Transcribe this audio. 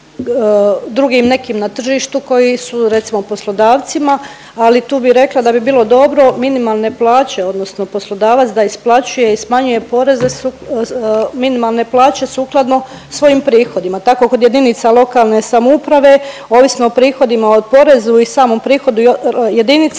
drugim nekim na tržištu koji su, recimo poslodavcima ali tu bi rekla da bi bilo dobro minimalne plaće odnosno poslodavac da isplaćuje i smanjuje poreze su minimalne plaće sukladno svojim prihodima. Tako kod jedinica lokalne samouprave ovisno o prihodima, o porezu i samom prihodu jedinice